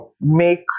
make